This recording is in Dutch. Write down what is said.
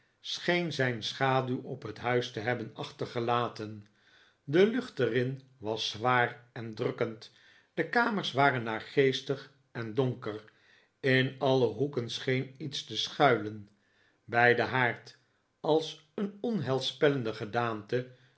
scheen zijn schaduw op het huis te hebben achtergelaten de lucht er in was zwaar en drukkend de kamers waren naargeestig en donker in alle hoeken scheen iets te schuilen bij den haard als een onheilspellende gedaante